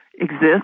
exist